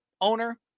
owner